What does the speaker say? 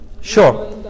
Sure